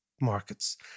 markets